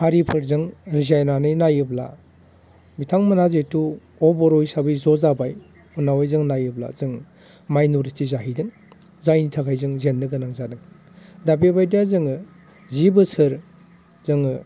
हारिफोरजों रिजायनानै नायोब्ला बिथांमोनहा जिहैथु अबर' हिसाबै ज' जाबाय उनावहाय जों नायोब्ला जों माइनरिटि जाहैदों जायनि थाखाय जों जेननो गोनां जादों दा बेबायदिया जोङो जि बोसोर जोङो